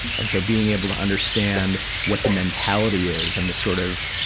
and so, being able to understand what the mentality is, and the sort of,